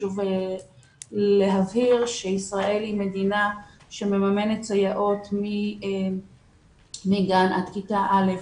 חשוב להבהיר שישראל היא מדינה שמממנת סייעות מגן עד כיתה א',